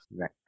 Right